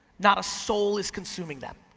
not a soul is consuming them.